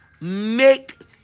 make